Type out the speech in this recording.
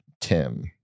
Tim